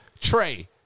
Trey